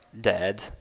dead